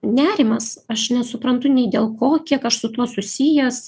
nerimas aš nesuprantu nei dėl ko kiek aš su tuo susijęs